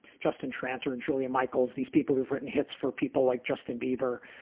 justin tranter and julia michaels, these people who've written hits for people like justin bieber,